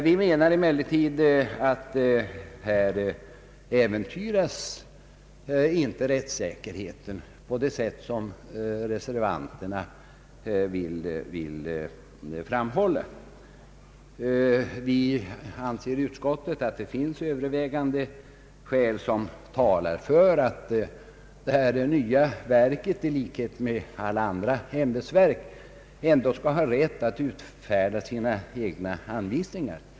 Vi menar emellertid att rättssäkerheten här inte äventyras på det sätt som reservanterna vill framhålla. Vi anser i utskottet att övervägande skäl talar för att detta nya verk i likhet med alla andra ämbetsverk skall ha rätt att utfärda sina egna anvisningar.